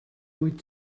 wyt